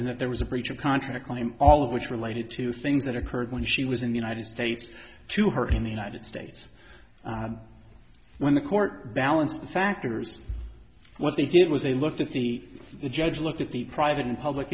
and that there was a preacher contract claim all of which related to things that occurred when she was in the united states to her in the united states when the court balanced the factors what they did was they looked at the judge looked at the private and public